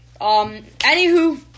Anywho